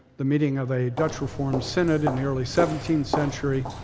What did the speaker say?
the meeting of a dutch reformed synod in the early seventeenth century.